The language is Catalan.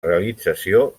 realització